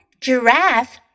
Giraffe